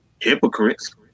hypocrites